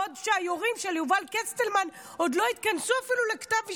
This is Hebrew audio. בעוד שעם היורים של יובל קסטלמן עוד לא התכנסו אפילו לכתב אישום,